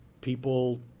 people